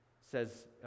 says